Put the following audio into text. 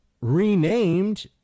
renamed